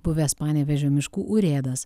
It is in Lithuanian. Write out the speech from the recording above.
buvęs panevėžio miškų urėdas